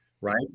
Right